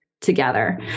together